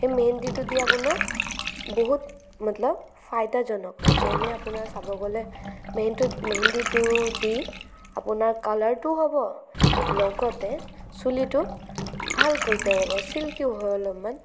সেই মেহেণ্ডিটো দি আপোনাৰ বহুত মতলব ফাইডাজনক হয় যেনে আপোনাৰ চাব গ'লে মেইন ত' মেহেণ্ডিটো দি আপোনাৰ কালাৰটো হ'ব লগতে চুলিটো ভাল কৰি পেলাব চিল্কিও হয় অলপমান